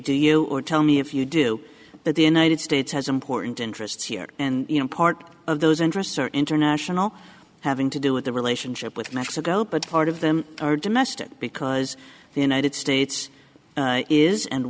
do you or tell me if you do but the united states has important interests here and you know part of those interests are international having to do with the relationship with mexico but part of them are domestic because the united states is and